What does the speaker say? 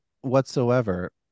whatsoever